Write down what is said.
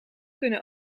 kunnen